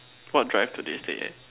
what drive today date eh